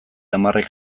hamarrek